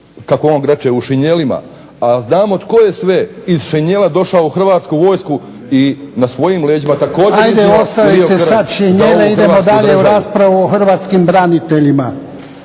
kako on reče u šinjelima, a znamo tko je sve iz šinjela došao u Hrvatsku vojsku i na svojim leđima također iznio i lio krv za ovu Hrvatsku državu.